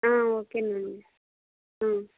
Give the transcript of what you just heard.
ఓకేనండి